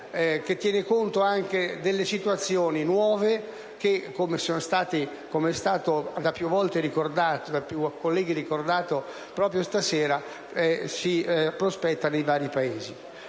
che tiene conto anche delle situazioni nuove che, come è stato più volte ricordato da colleghi proprio stasera, si prospettano nei vari Paesi.